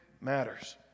matters